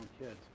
kids